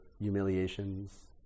humiliations